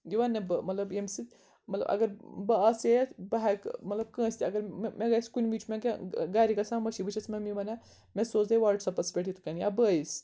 یہِ وَنہٕ نہٕ بہٕ مطلب ییٚمہِ سۭتۍ طلب اگر بہٕ آسہٕ یَتھ بہٕ ہٮ۪کہٕ مطلب کٲنٛسہِ تہِ اَگر مےٚ گژھ کُنہِ وِزِ چھُ مےٚ کیٚنہہ گَرِ گژھان مٔشِتھ بہٕ چھس مٔمی وَنان مےٚ سوزے وَٹٕساَپَس پٮ۪ٹھ یِتھ کٔنۍ یا بٲیِس